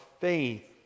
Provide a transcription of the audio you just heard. faith